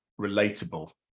relatable